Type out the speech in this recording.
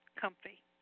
comfy